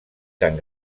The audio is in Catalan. tan